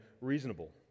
reasonable